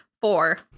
Four